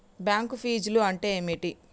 Bank ఫీజ్లు అంటే ఏమిటి?